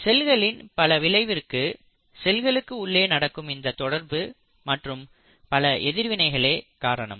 செல்களின் பல விளைவிற்கு செல்களுக்கு உள்ளே நடக்கும் இந்த தொடர்பு மற்றும் பல எதிர்வினைகளே காரணம்